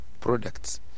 products